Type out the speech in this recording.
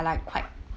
like quite